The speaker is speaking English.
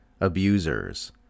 abusers